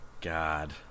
god